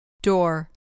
Door